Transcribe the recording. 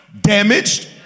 damaged